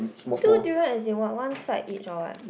two durian as in what one side each or what